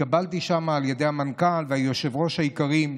התקבלתי שם על ידי המנכ"ל והיושב-ראש היקרים.